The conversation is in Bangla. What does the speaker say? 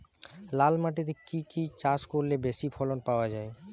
লাল মাটিতে কি কি চাষ করলে বেশি ফলন পাওয়া যায়?